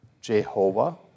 Jehovah